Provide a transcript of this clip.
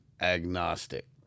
agnostic